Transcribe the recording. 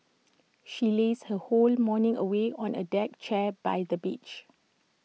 she lazed her whole morning away on A deck chair by the beach